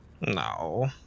No